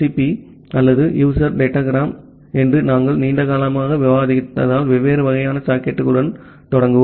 B அல்லது user datagram என்றும் நாங்கள் நீண்ட காலமாக விவாதித்ததால் வெவ்வேறு வகையான சாக்கெட்டுகளுடன் தொடங்குவோம்